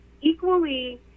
equally